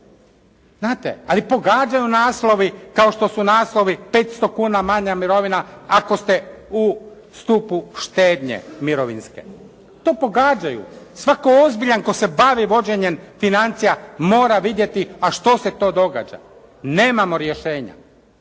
ali pogađaju naslovi kao što su naslovi 500 kuna manja mirovina ako ste u stupu štednje mirovinske. To pogađaju. Svatko ozbiljan tko se bavi vođenjem financija mora vidjeti, a što se to događa? Nemamo rješenja.